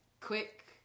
quick